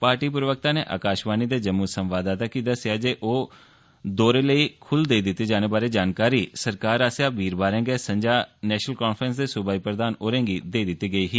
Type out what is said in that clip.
party प्रवकता नै आकाशवाणी दे जम्मू संवाददाता गी दस्सेआ जे दौरे लेई खुल्ल देई दित्ते जाने बारै जानकारी सरकार आस्सेआ वीरवारें संझा गै नैशनल कांफेस दे सूबाई प्रधान होरें गी देई दिति गेई ही